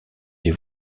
les